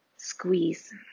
squeeze